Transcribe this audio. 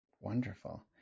Wonderful